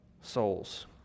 souls